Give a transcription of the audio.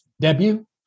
debut